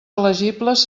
elegibles